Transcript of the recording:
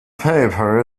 paper